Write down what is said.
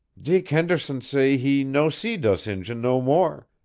dick henderson say he no see dose injun no more,